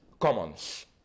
commons